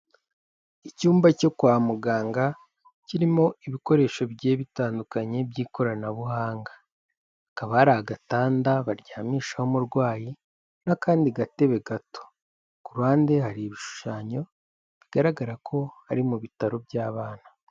Icyumba cyo kwa muganga kirimo ibikoresho bigiye bitandukanye by'ikoranabuhanga, hakaba hari agatanda baryamishaho umurwayi n'akandi gatebe gato, ku ruhande hari ibishushanyo bigaragara ko ari mu bitaro by'abana.